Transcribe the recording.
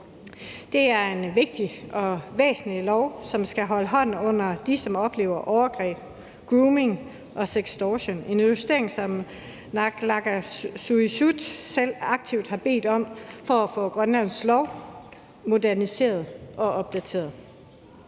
Det er en vigtig og væsentlig lov, som skal holde hånden under dem, som oplever overgreb, grooming og sextortion. Det er en justering, som naalakkersuisut selv aktivt har bedt om for at få Grønlands lov moderniseret og opdateret.